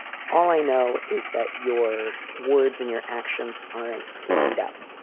all i know is that your words and your actions aren't lined up.